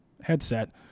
headset